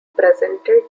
presented